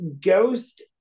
Ghost